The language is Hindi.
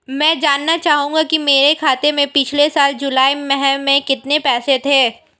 मैं जानना चाहूंगा कि मेरे खाते में पिछले साल जुलाई माह में कितने पैसे थे?